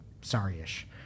sorry-ish